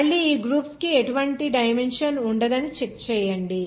మళ్ళీ ఈ గ్రూప్స్ కు ఎటువంటి డైమెన్షన్ ఉండదని చెక్ చేయండి